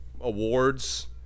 awards